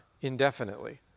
indefinitely